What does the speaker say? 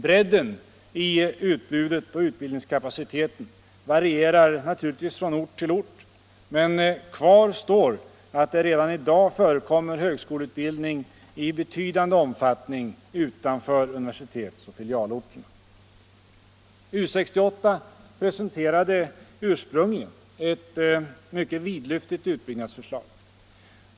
Bredden i utbudet och utbildningskapaciteten varierar naturligtvis från ort till ort, men kvar står att det redan i dag förekommer högskoleutbildning i betydande omfattning utanför universitetsoch filialorterna. U 68 presenterade ursprungligen ett mycket vidlyftigt utbyggnadsförslag.